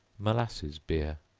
molasses beer.